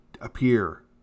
appear